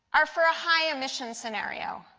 are for a high emissions scenario.